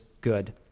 good